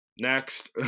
Next